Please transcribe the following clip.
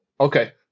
Okay